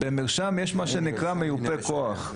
במרשם יש מה שנקרא מיופה כוח.